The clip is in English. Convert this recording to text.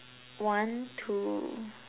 want to